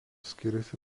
skiriasi